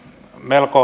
melko